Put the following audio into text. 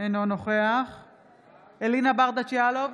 אינו נוכח אלינה ברדץ' יאלוב,